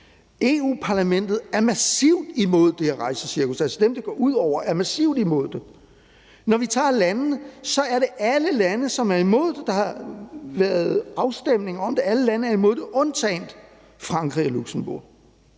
EU-parlamentet er massivt imod det her rejsecirkus; dem, det går ud over, er altså massivt imod det. Når vi tager landene, er det alle lande, som er imod. Der har været afstemning om det, og alle lande er imod det, undtagen Frankrig og Luxembourg,